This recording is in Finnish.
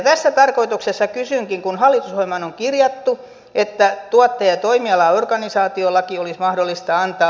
tässä tarkoituksessa kysynkin kun hallitusohjelmaan on kirjattu että tuottaja ja toimialaorganisaatiolaki olisi mahdollista antaa